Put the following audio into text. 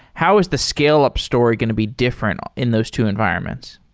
how is the scale-up story going to be different in those two environments?